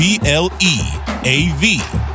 B-L-E-A-V